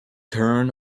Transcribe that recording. turn